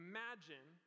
Imagine